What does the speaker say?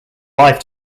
life